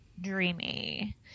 dreamy